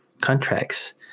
contracts